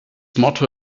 motto